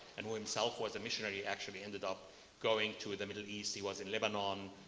and who himself was a missionary actually, ended up going to the middle east. he was in lebanon,